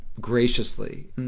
graciously